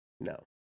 No